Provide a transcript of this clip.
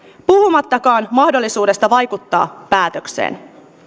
puhumattakaan mahdollisuudesta vaikuttaa päätökseen